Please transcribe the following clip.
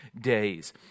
days